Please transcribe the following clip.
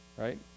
right